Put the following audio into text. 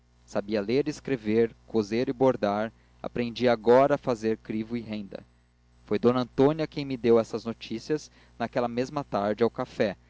sabia ler e escrever coser e bordar aprendia agora a fazer crivo e renda foi d antônia quem me deu essas noticias naquela mesma tarde ao café